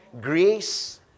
Grace